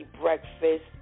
breakfast